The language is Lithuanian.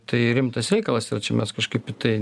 tai rimtas reikalas ir čia mes kažkaip į tai